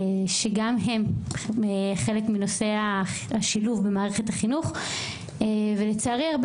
שגם הם חלק מנושא השילוב במערכת החינוך לא